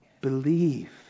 believe